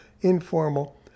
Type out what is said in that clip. informal